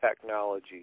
technology